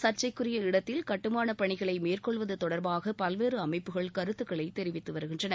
சர்சைக்குரிய இடத்தில் கட்டுமான பணிகளை மேற்கொள்வது தொடர்பாக பல்வேறு அமைப்புகள் கருத்துக்களை தெரிவித்துவருகின்றன